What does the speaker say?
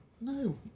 No